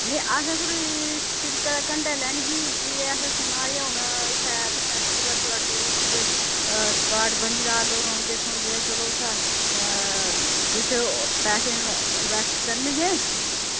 असें थोह्ड़ी सिड़कै दे कंढै लैनी ही ते भी इत्थें हून बसैंतगढ़ टुरिस्ट स्पॉट बनी दा ते लोग औंदे जंदे ते इत्थें किश पैसे इंवेस्ट करने हे